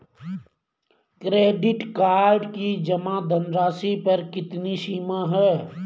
Credit card की जमा धनराशि पर कितनी सीमा है?